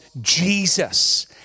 Jesus